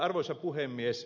arvoisa puhemies